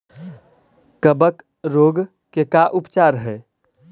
कबक रोग के का उपचार है?